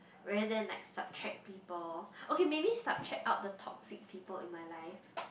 where then like subtract people okay maybe subtract out the toxic people in my life